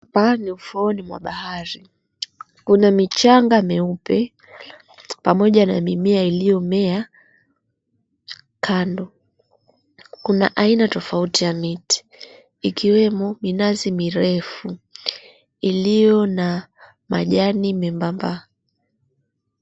Hapa ni ufuoni mwa bahari. Kuna michanga mieupe pamoja na mimea iliomea kando. Kuna aina tofauti ya miti ikiwemo minazi mirefu ilio na majani membamba.